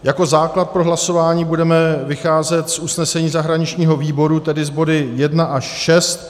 Jako základ pro hlasování budeme vycházet z usnesení zahraničního výboru, tedy z bodů 1 až 6.